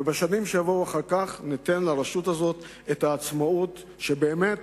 ובשנים שיבואו אחר כך ניתן לרשות הזאת את העצמאות שהיא באמת